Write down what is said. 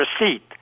receipt